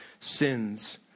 sins